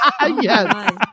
yes